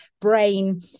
brain